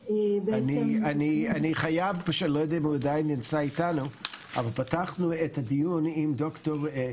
ואנחנו תמיד קוראים לציבור אם יש - *6911,